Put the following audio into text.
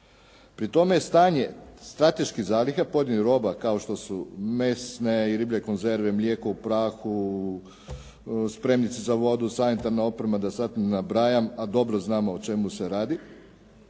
Pri tome je stanje strateških zaliha pojedinih roba kao što su mesne i riblje konzerve, mlijeko u prahu, spremnici za vodu, sanitarna oprema da sada ne nabrajam, a dobro znamo o čemu se radi,